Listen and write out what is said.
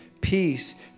Peace